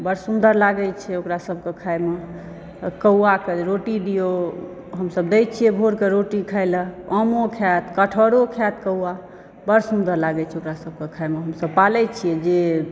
बड़ सुन्दर लागै छै ओकरा सबकऽ खाइमऽ कौआकऽ रोटी दियौ हमसब दै छियै भोरकऽ रोटी खाइ ले आमो खायत कटहरो खायत कौआ बड़ सुन्दर लागै छै ओकरा सबकऽ खाइमऽ हमसब पालै छियै जे